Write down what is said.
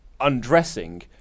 undressing